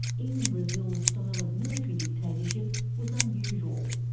even brazil's style of military dictatorship was unusual.